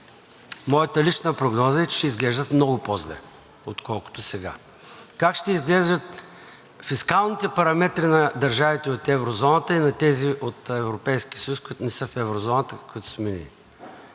Моята лична прогноза е, че ще изглеждат много по-зле, отколкото сега. Как ще изглеждат фискалните параметри на държавите от еврозоната и на тези от Европейския съюз, които не са в еврозоната, от които сме ние?